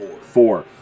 Four